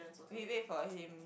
we wait for him